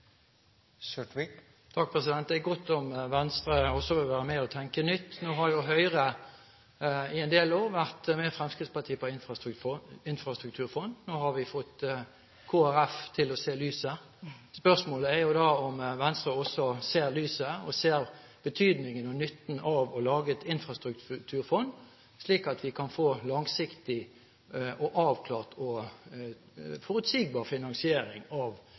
godt om Venstre også vil være med og tenke nytt. Høyre har i en del år vært med Fremskrittspartiet på infrastrukturfond, og nå har vi fått Kristelig Folkeparti til å se lyset. Spørsmålet er om Venstre også ser lyset og ser betydningen og nytten av å lage et infrastrukturfond, slik at vi kan få langsiktig, avklart og forutsigbar finansiering av